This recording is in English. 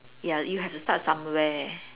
ya you'll have to start somewhere